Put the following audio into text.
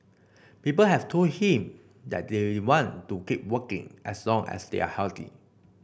people have told him that they want to keep working as long as they are healthy